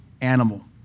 animal